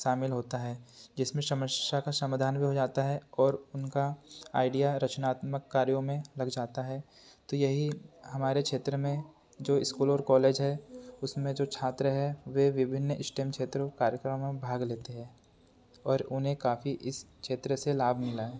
शामिल होता है जिसमें समस्या का समाधान भी हो जाता है और उनका आईडिया रचनात्मक कार्यों में लग जाता है तो यही हमारे क्षेत्र में जो स्कूल और कॉलेज हैं उसमें जो छात्र हैं वे विभिन्न स्टेम क्षेत्रों कार्यक्रमों में भाग लेते हैं और उन्हें काफी इस क्षेत्र से लाभ मिला है